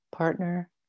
partner